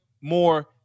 more